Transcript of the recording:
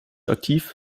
aktiv